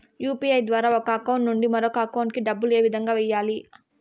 UPI ద్వారా ఒక account నుంచి మరొక అకౌంట్ కి డబ్బులు ఏ విధంగా వెయ్యాలి